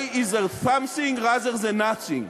Why is there something rather than nothing,